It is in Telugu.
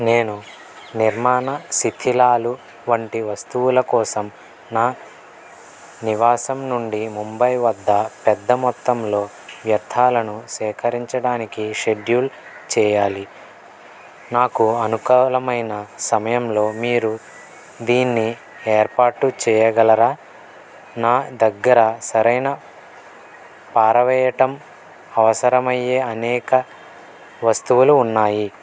నేను నిర్మాణ శిథిలాలు వంటి వస్తువుల కోసం నా నివాసం నుండి ముంబై వద్ద పెద్దమొత్తంలో వ్యర్థాలను సేకరించడానికి షెడ్యూల్ చెయ్యాలి నాకు అనుకూలమైన సమయంలో మీరు దీన్ని ఏర్పాటు చెయ్యగలరా నా దగ్గర సరైన పారవెయ్యడం అవసరమయ్యే అనేక వస్తువులు ఉన్నాయి